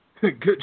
Good